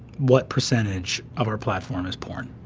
what percentage of our platform is porn?